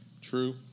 True